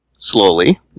Slowly